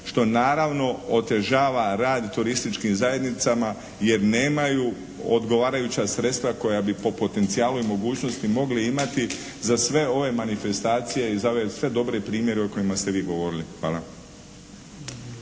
što naravno otežava rad turističkim zajednicama jer nemaju odgovarajuća sredstva koja bi po potencijalu i po mogućnostima mogli imati za sve ove manifestacije i za ove sve dobre primjere o kojima ste vi govorili. Hvala.